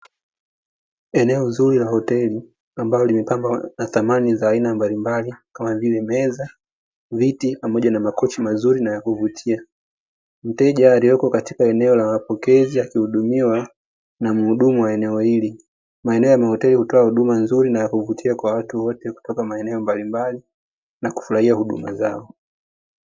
Eneo zuri la hoteli ambalo limepambwa na samani mbalimbali, kama vile: meza ,viti pamoja na makochi mazuri na yakuvutia. Mteja aliyeko katika eneo la mapokezi akihudumiwa na mhudumu wa eneo hili. Maeneo ya mahoteli hutoa huduma nzuri na ya kuvutia kwa watu wote kutoka maeneo mbalimbali na kufurahia huduma zao.